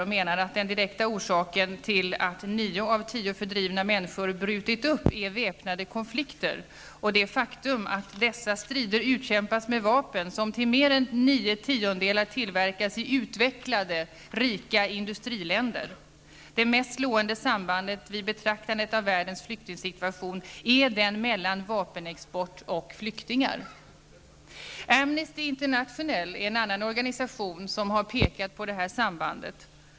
Han menar att den direkta orsaken till att nio av tio fördrivna människor brutit upp är väpnade konflikter och det faktum att dessa strider utkämpas med vapen som till mer än nio tiondelar tillverkas i utvecklade och rika industriländer. Det mest slående sambandet vid betraktandet av världens flyktingsituation är det mellan vapenexport och flyktingar. Amnesty International är en annan organisation som har pekat på detta samband.